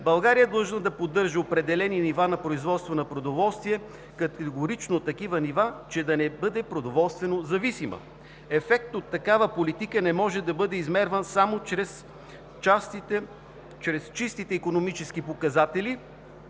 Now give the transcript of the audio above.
България е длъжна да поддържа определени нива на производство на продоволствия, категорично такива нива, че да не бъде продоволствено зависима. Ефектът от такава политика не може да бъде измерван само чрез чистите икономически показатели